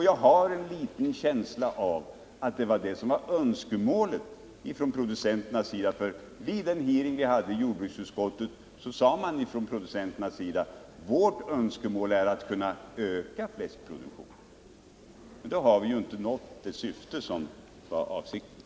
Jag har en liten känsla av att det var det som var önskemålet från producenternas sida. Vid den hearing vi hade i jordbruksutskottet sade producenterna att deras önskemål var att kunna öka fläskproduktionen. Och därmed har vi ju inte nått det syfte som var avsikten.